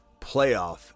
playoff